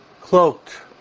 Cloaked